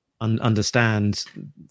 understand